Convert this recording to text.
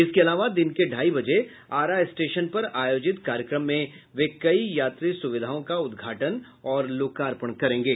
इसके अलावा दिन के ढाई बजे आरा स्टेशन पर आयोजित कार्यक्रम में वे कई यात्री सुविधाओं का उद्घाटन और लोकार्पण करेंगे